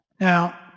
Now